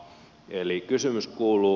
eli kysymys kuuluu